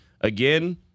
again